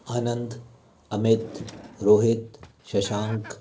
Anand Amit Rohit Shashank